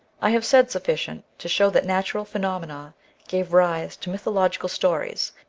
i have said sufficient to show that natural phenomena gave rise to mythological stories,